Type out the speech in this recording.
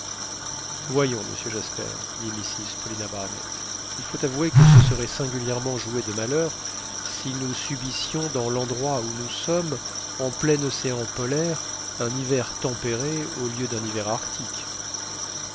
voyons monsieur jasper dit mrs paulina barnett il faut avouer que ce serait singulièrement jouer de malheur si nous subissions dans l'endroit où nous sommes en plein océan polaire un hiver tempéré au lieu d'un hiver arctique